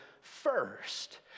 first